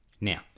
Now